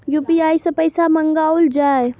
UPI सै पैसा मंगाउल जाय?